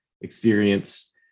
experience